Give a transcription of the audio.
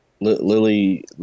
Lily